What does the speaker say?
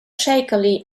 shakily